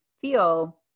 feel